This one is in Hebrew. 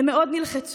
הן מאוד נלחצו,